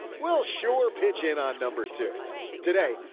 we'll sure pitch in on number two today.